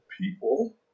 people